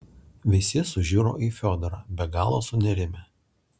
visi sužiuro į fiodorą be galo sunerimę